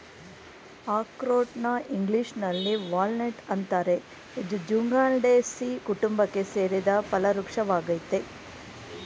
ಅಖ್ರೋಟ್ನ ಇಂಗ್ಲೀಷಿನಲ್ಲಿ ವಾಲ್ನಟ್ ಅಂತಾರೆ ಇದು ಜ್ಯೂಗ್ಲಂಡೇಸೀ ಕುಟುಂಬಕ್ಕೆ ಸೇರಿದ ಫಲವೃಕ್ಷ ವಾಗಯ್ತೆ